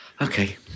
okay